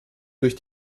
durch